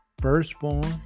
firstborn